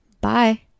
Bye